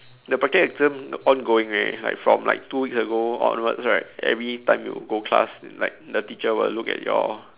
the practical exam ongoing already like from like two weeks ago onwards right every time you go class like the teacher will look at your